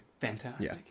Fantastic